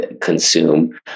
consume